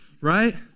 right